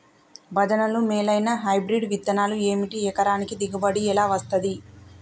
భజనలు మేలైనా హైబ్రిడ్ విత్తనాలు ఏమిటి? ఎకరానికి దిగుబడి ఎలా వస్తది?